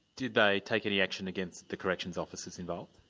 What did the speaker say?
did they take any action against the corrections officers involved?